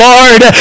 Lord